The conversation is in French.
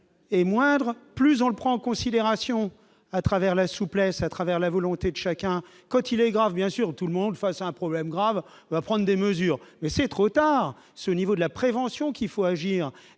est moindre : plus on le prend en considération à travers la souplesse à travers la volonté d'chacun quand il est grave, bien sûr, tout le monde, face à un problème grave, on va prendre des mesures, mais c'est trop tard, ce niveau de la prévention qu'il faut agir